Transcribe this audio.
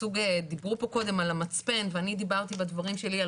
דיברו פה קודם על המצפן ואני דיברתי בדברים שלי על